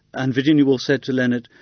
and virginia woolf said to leonard,